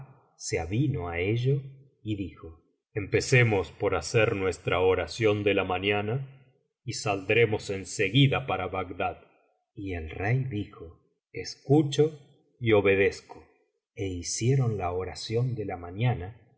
se avino á ello y dijo empecemos por hacer nuestra oración de la mañana y saldremos en seguida para bagdad y el rey dijo escucho y obedezco e hicieron la oración de la mañana